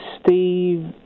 Steve